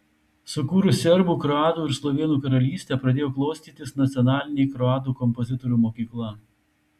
sukūrus serbų kroatų ir slovėnų karalystę pradėjo klostytis nacionalinė kroatų kompozitorių mokykla